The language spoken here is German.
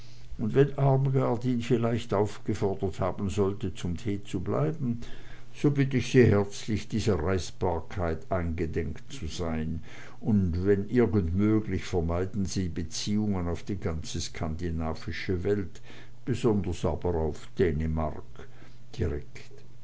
und wenn armgard ihn vielleicht aufgefordert haben sollte zum tee zu bleiben so bitt ich sie herzlich dieser reizbarkeit eingedenk zu sein wenn irgend möglich vermeiden sie beziehungen auf die ganze skandinavische welt besonders aber auf dänemark direkt